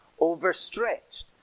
overstretched